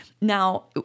Now